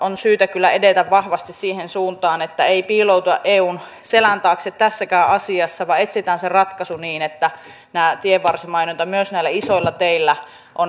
on syytä kyllä edetä vahvasti siihen suuntaan että ei piilouduta eun selän taakse tässäkään asiassa vaan etsitään se ratkaisu niin että tämä tienvarsimainonta myös näillä isoilla teillä on mahdollista